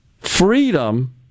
freedom